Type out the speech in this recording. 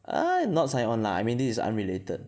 uh not sign on lah I mean this is unrelated